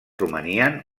romanien